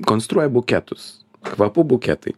konstruoja buketus kvapų buketai